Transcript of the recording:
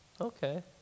Okay